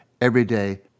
everyday